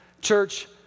Church